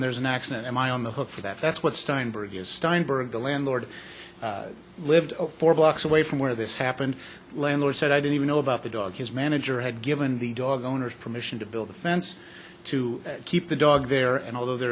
there's an accident am i on the hook for that that's what steinberg is steinberg the landlord lived four blocks away from where this happened landlord said i didn't even know about the dog his manager had given the dog owner's permission to build a fence to keep the dog there and altho